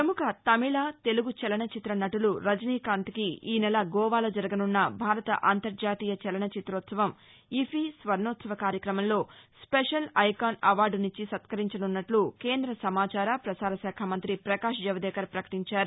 ప్రముఖ తమిళ తెలుగు చలన చిత్ర నటులు రజనీ కాంత్ కి ఈనెల గోవాలో జరగనున్న భారత అంతర్జాతీయ చలన చిత్రోత్సవం ఇఫీ స్వర్ణోత్సవ కార్యక్రమం లో స్పెషల్ ఐకాన్ అవార్దునిచ్చి సత్కరించనున్నట్లు కేంద్ర సమాచార ప్రసార శాఖామంతి పకాష్ జవదేకర్ పకటించారు